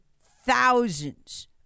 thousands